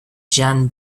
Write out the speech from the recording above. jan